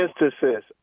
instances